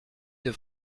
deux